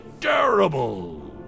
terrible